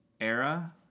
era